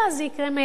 זה יקרה מאליו.